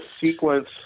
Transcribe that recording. sequence